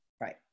right